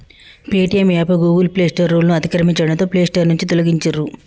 Paytm app Google play store రూల్స్ను అతిక్రమించడంతో play store నుంచి తొలగించిర్రు